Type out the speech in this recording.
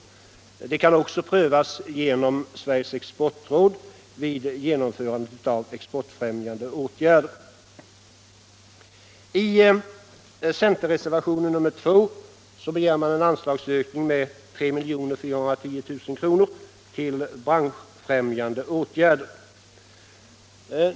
Frågan kan också, säger vi, prövas genom Sveriges exportråd i samband med genomförandet av exportfrämjande åtgärder. till branschfrämjande åtgärder.